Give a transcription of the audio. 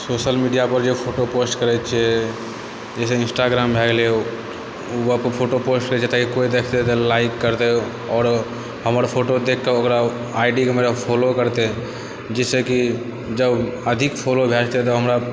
social मीडियापर जे photo post करय छिए जैसे इन्स्टाग्राम भयऽ गेले उहो पऽर फोटो पोस्ट होइछे तऽ कोई देखते तऽ लाइक करते आउर हमर फोटो देखि कऽ ओकरा आइ डी के हमर फॉलो करते जिससे कि जब अधिक फॉलोवर भयऽ जेते तऽ हमरा